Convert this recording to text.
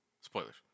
Spoilers